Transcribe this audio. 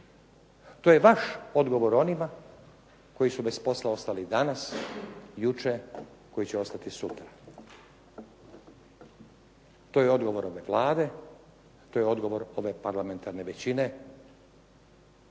To je vaš odgovor onima koji su bez posla ostali danas, jučer, koji će ostati sutra. To je odgovor ove Vlade, to je odgovor ove parlamentarne većine,